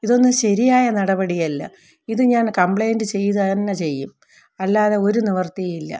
ഇതൊന്നും ശരിയായ നടപടിയല്ല ഇതു ഞാൻ കംപ്ലൈൻറ്റ് ചെയ്യുക തന്നെ ചെയ്യും അല്ലാതെ ഒരു നിവർത്തിയില്ല